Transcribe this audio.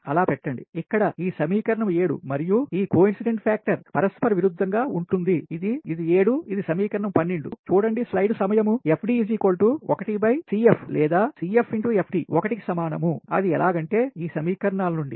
అలా పెట్టండి ఇక్కడ ఈ సమీకరణం 7 మరియు ఈ కోఇన్సిడెంట్సి ఫ్యాక్టర్ పరస్పర విరుద్ధంగా ఉంటుంది ఇది 7 ఇది సమీకరణం 12 FD 1 CF లేదా CF X FD 1 కి సమానం అది ఎలాగంటే ఈ సమీకరణాల నుండి